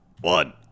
one